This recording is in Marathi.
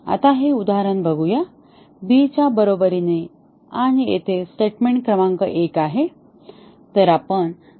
आता हे उदाहरण बघूया b च्या बरोबरीने आणि येथे स्टेटमेंट क्रमांक 1 आहे